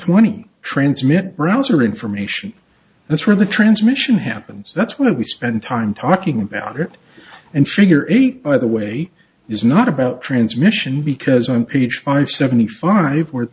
twenty transmit browser information that's where the transmission happens that's why we spend time talking about it and figure eight by the way is not about transmission because i'm page five seventy five w